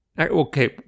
Okay